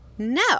No